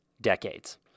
decades